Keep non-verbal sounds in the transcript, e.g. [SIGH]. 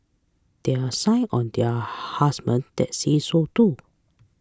there are sign on their [UNINTELLIGIBLE] that say so too